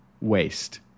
waste